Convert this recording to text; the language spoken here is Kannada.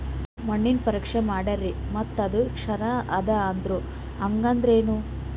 ಮಣ್ಣ ಪರೀಕ್ಷಾ ಮಾಡ್ಯಾರ್ರಿ ಮತ್ತ ಅದು ಕ್ಷಾರ ಅದ ಅಂದ್ರು, ಹಂಗದ್ರ ಏನು?